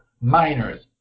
miners